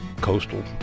coastal